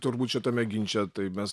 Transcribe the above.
turbūt šitame ginče tai mes